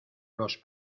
los